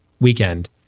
weekend